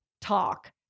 talk